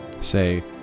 Say